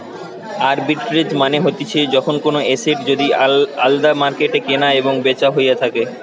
arbitrage মানে হতিছে যখন কোনো এসেট যদি আলদা মার্কেটে কেনা এবং বেচা হইয়া থাকে